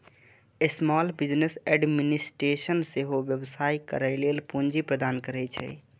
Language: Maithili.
स्माल बिजनेस एडमिनिस्टेशन सेहो व्यवसाय करै लेल पूंजी प्रदान करै छै